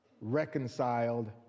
reconciled